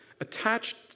attached